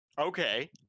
okay